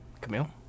Camille